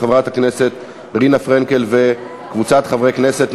של חברת הכנסת רינה פרנקל וקבוצת חברי הכנסת.